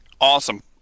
awesome